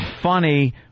funny